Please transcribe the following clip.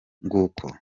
nguko